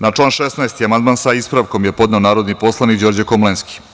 Na član 16. amandman, sa ispravkom, je podneo narodni poslanik Đorđe Komlenski.